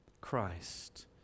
Christ